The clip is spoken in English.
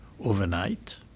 overnight